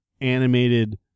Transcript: animated